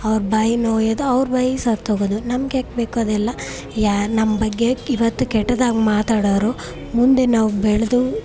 ಅವ್ರ ಬಾಯಿ ನೋಯೋದು ಅವ್ರ ಬಾಯಿ ಸತ್ತೋಗೋದು ನಮಗ್ಯಾಕ್ ಬೇಕು ಅದೆಲ್ಲ ಯಾರು ನಮ್ಮ ಬಗ್ಗೆ ಇವತ್ತು ಕೆಟ್ಟದಾಗಿ ಮಾತಾಡೋರು ಮುಂದೆ ನಾವು ಬೆಳೆದು